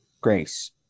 Grace